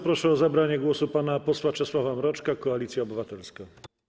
Proszę o zabranie głosu pana posła Czesława Mroczka, Koalicja Obywatelska.